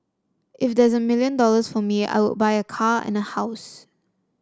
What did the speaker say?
if there's a million dollars for me I would buy a car and a house